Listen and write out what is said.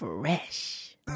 fresh